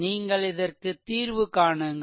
நீங்கள் இதற்கு தீர்வு காணுங்கள்